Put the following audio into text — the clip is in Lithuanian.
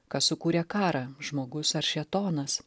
kas sukūrė karą žmogus ar šėtonas